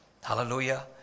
Hallelujah